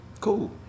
cool